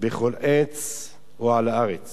בכל עץ או על הארץ